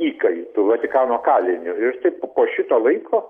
įkaitu vatikano kaliniu ir taip po po šito laiko